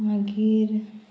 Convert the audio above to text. मागीर